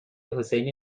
حسینی